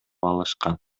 алышкан